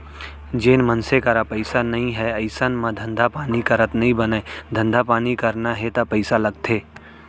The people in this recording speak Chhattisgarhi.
जेन मनसे करा पइसा नइ हे अइसन म धंधा पानी करत नइ बनय धंधा पानी करना हे ता पइसा लगथे